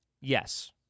Yes